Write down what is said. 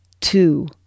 two